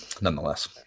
nonetheless